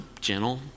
gentle